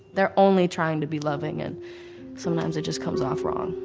they're only trying to be loving and sometimes it just comes off wrong.